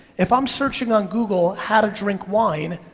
if i'm searching on google how to drink wine,